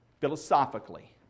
philosophically